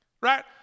right